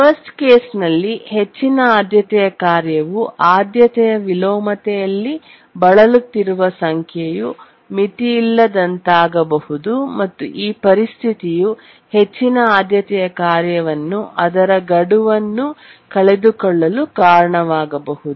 worst ಕೇಸ್ನಲ್ಲಿ ಹೆಚ್ಚಿನ ಆದ್ಯತೆಯ ಕಾರ್ಯವು ಆದ್ಯತೆಯ ವಿಲೋಮತೆಯಲ್ಲಿ ಬಳಲುತ್ತಿರುವ ಸಂಖ್ಯೆಯು ಮಿತಿಯಿಲ್ಲದಂತಾಗಬಹುದು ಮತ್ತು ಈ ಪರಿಸ್ಥಿತಿಯು ಹೆಚ್ಚಿನ ಆದ್ಯತೆಯ ಕಾರ್ಯವನ್ನು ಅದರ ಗಡುವನ್ನು ಕಳೆದುಕೊಳ್ಳಲು ಕಾರಣವಾಗಬಹುದು